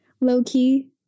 low-key